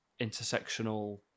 intersectional